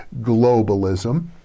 globalism